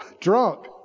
drunk